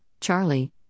Charlie